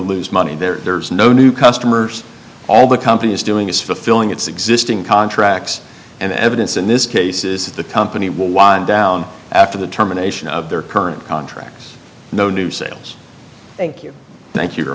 lose money there's no new customers all the company is doing is fulfilling its existing contracts and evidence in this case is that the company will wind down after the terminations of their current contracts no new sales thank you thank you your